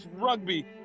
rugby